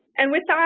and with um